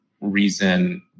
reason